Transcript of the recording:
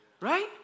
right